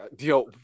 yo